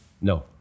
No